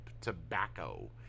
tobacco